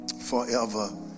forever